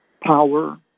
power